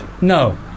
No